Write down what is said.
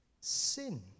Sin